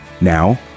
Now